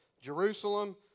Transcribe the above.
Jerusalem